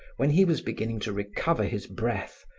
when he was beginning to recover his breath,